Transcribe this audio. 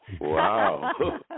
Wow